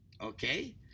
okay